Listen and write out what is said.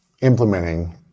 implementing